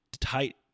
tight